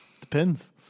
Depends